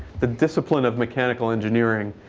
the discipline of mechanical engineering,